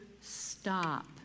stop